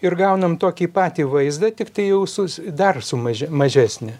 ir gaunam tokį patį vaizdą tiktai jau sus dar sumaže mažesnį